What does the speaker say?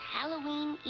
Halloween